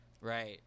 right